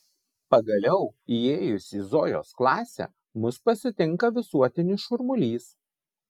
pagaliau įėjus į zojos klasę mus pasitinka visuotinis šurmulys